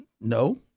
No